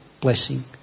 blessing